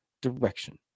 direction